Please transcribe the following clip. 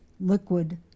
liquid